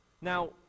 Now